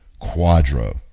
Quadro